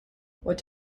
what